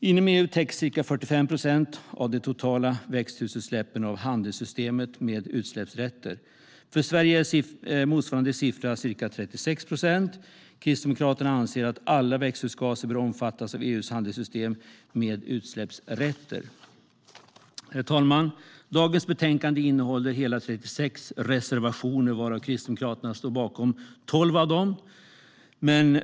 Inom EU täcks ca 45 procent av de totala växthusgasutsläppen av handelssystemet med utsläppsrätter. För Sverige är motsvarande siffra ca 36 procent. Kristdemokraterna anser att alla växthusgaser bör omfattas av EU:s handelssystem med utsläppsrätter. Herr talman! Dagens betänkande innehåller hela 36 reservationer, varav Kristdemokraterna står bakom 12.